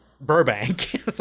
Burbank